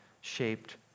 shaped